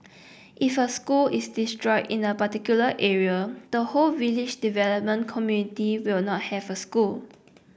if a school is destroyed in a particular area the whole village development committee will not have a school